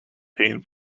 pain